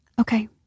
Okay